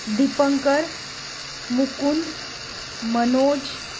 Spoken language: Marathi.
दीपंकर मुकुंद मनोज